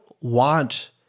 want